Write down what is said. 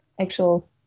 actual